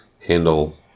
handle